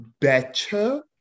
better